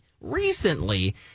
recently